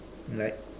like